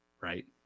right